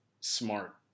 smart